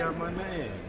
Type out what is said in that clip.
my name.